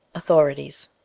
authorities.